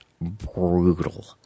brutal